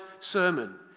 sermon